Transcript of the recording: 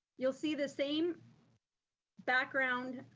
you'll see the same background.